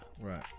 Right